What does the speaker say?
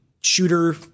shooter